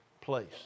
place